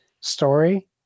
story